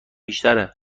بیشتره